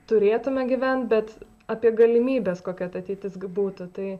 turėtume gyvent bet apie galimybes kokia ta ateitis būtų tai